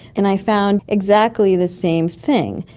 and i found exactly the same thing.